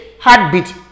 heartbeat